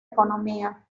economía